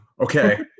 Okay